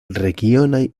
regionaj